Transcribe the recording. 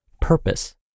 purpose